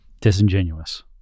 disingenuous